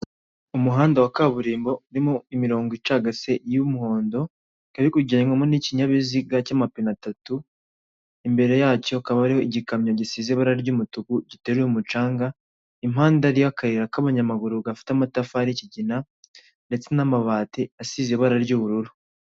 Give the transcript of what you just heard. Umuhanda wa kaburimbo urimo imirongo icagase y'umuhondo kari kugendwamo n'ikinyabiziga cy'amapine atatu imbere yacyo hakaba ari igikamyo gisize ibara ry'umutuku giteruye umucanga, impande hari akayira k'ayamaguru gafite amatafari y'ikigina ndetse n'amabati asize ibara ry'ubururu.